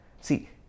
See